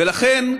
ולכן,